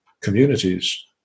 communities